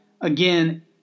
again